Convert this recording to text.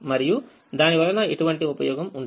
మరియుదాని వలన ఎటువంటి ఉపయోగం ఉండదు